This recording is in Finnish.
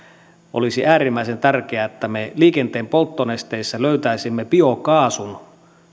olisi äärimmäisen tärkeää että me liikenteen polttonesteissä löytäisimme biokaasun